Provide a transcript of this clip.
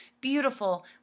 beautiful